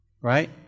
Right